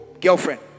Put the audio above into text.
girlfriend